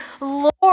Lord